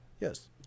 Yes